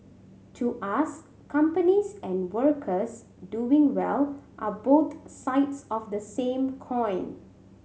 to us companies and workers doing well are boat sides of the same coin